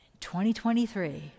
2023